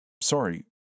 Sorry